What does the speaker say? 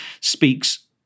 speaks